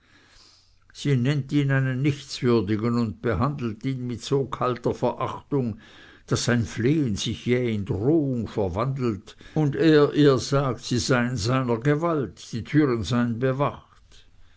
sie nennt ihn einen nichtswürdigen und behandelt ihn mit so kalter verachtung daß sein flehen sich jäh in drohung verwandelt und er ihr sagt sie sei in seiner gewalt die türen seien bewacht